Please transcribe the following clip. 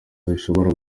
zishobora